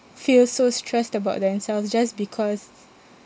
feel so stressed about themselves just because